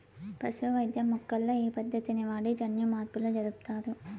పశు వైద్యం మొక్కల్లో ఈ పద్దతిని వాడి జన్యుమార్పులు జరుపుతారు